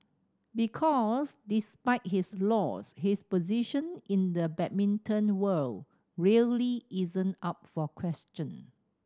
because despite his loss his position in the badminton world really isn't up for question